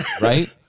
Right